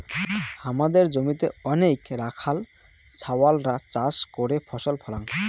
হামাদের জমিতে অনেইক রাখাল ছাওয়ালরা চাষ করে ফসল ফলাং